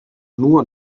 nur